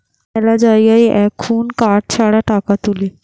মেলা জায়গায় এখুন কার্ড ছাড়া টাকা তুলে